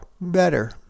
better